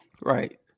Right